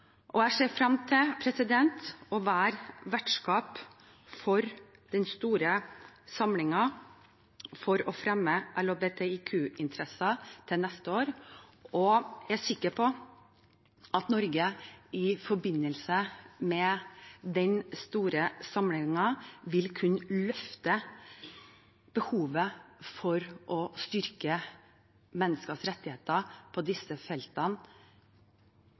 Jeg ser frem til å være vertskap for den store samlingen for å fremme LHBTIQ-interesser til neste år. Jeg er sikker på at Norge i forbindelse med den store samlingen vil kunne løfte behovet for å styrke menneskers rettigheter på disse feltene